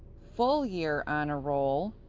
full year honor roll,